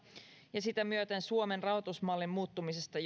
ja sitä myöten suomen rahoitusmallin muuttumisesta